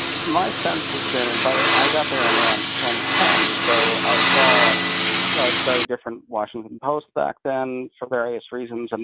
my sense has been, and but i got there in around ten, so i saw a very different washington post back then for various reasons, and